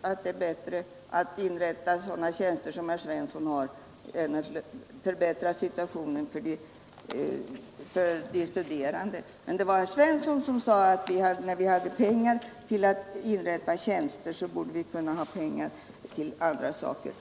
att det är bättre att inrätta sådana tjänster som herr Svensson har än att förbättra situationen för de studerande. Men det var herr Svensson som sade att när vi hade pengar till att inrätta tjänster så borde vi kunna ha pengar till andra saker.